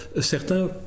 certains